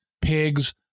Pigs